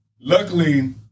Luckily